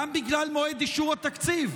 גם בגלל מועד אישור התקציב.